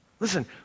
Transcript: Listen